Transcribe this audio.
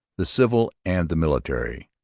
the civil and the military.